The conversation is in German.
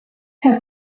herr